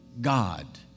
God